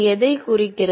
அது எதைக் குறிக்கிறது